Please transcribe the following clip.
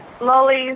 lollies